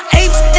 apes